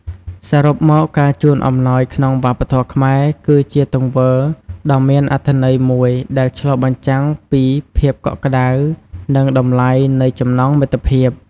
សរុបមក ការជូនអំណោយក្នុងវប្បធម៌ខ្មែរ គឺជាទង្វើដ៏មានអត្ថន័យមួយដែលឆ្លុះបញ្ចាំងពី ភាពកក់ក្តៅ និងតម្លៃនៃចំណងមិត្តភាព។